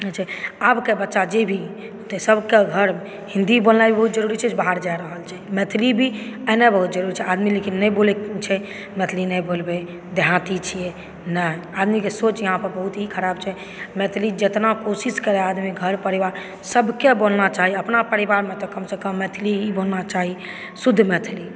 आब के बच्चा जे भी होतै सबकेँ घर हिन्दी बोलनाइ बहुत जरुरी छै जे बाहर जा रहल छै मैथिली भी एहिना भए रहल छै आदमी लेकिन नहि बोलै छै मैथिली नहि बोलबै देहाती छियै नहि आदमीके सोच यहाँ पर बहुत खराब छै मिथिली जेतना कोशिश करै आदमी घर परिवार सबकेँ बोलना चाही अपना परिवारमे तऽ कम से कम मैथिली ही बोलना चाही शुद्ध मैथिली